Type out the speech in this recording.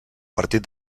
partit